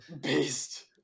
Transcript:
Beast